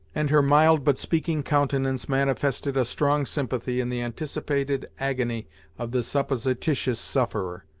and her mild but speaking countenance manifested a strong sympathy in the anticipated agony of the supposititious sufferer.